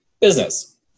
business